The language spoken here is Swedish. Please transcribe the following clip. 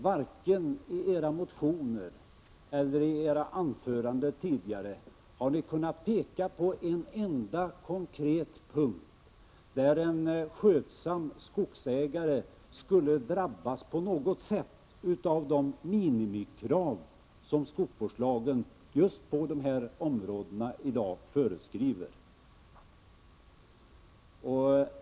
Varken i era motioner eller i era anföranden här tidigare har ni kunnat peka på en enda punkt där en skötsam skogsägare skulle drabbas på något sätt av de minimikrav som skogsvårdslagen på detta område i dag föreskriver.